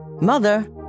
mother